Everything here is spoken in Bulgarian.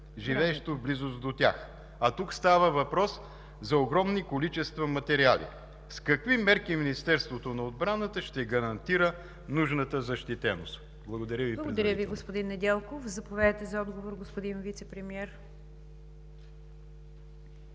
живеещо в близост до тях. Тук става въпрос за огромни количества материали. С какви мерки Министерството на отбраната ще гарантира нужната защитеност? Благодаря Ви. ПРЕДСЕДАТЕЛ НИГЯР ДЖАФЕР: Благодаря Ви, господин Недялков. Заповядайте за отговор, господин Вицепремиер.